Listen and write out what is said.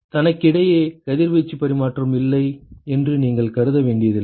தனக்கிடையே கதிர்வீச்சு பரிமாற்றம் இல்லை என்று நீங்கள் கருத வேண்டியதில்லை